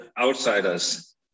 outsiders